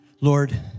Lord